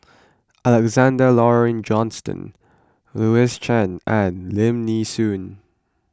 Alexander Laurie Johnston Louis Chen and Lim Nee Soon